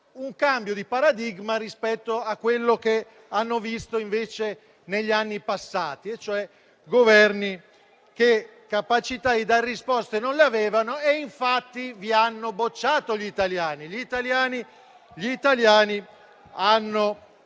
un cambio di paradigma rispetto a quello che hanno visto, invece, negli anni passati, quando c'erano Governi che capacità di dare risposte non le avevano. Ed infatti vi hanno bocciato: gli italiani vi hanno